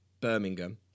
Birmingham